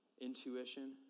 intuition